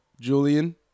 Julian